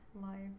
life